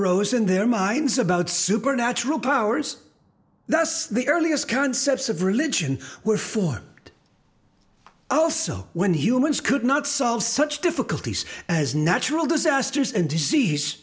rose in their minds about supernatural powers thus the earliest concepts of religion were formed also when humans could not solve such difficulties as natural disasters and disease